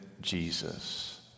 Jesus